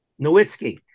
Nowitzki